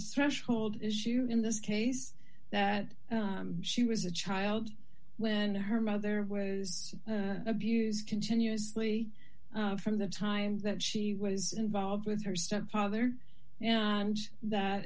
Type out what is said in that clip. suresh hold issue in this case that she was a child when her mother was abuse continuously from the time that she was involved with her stepfather and that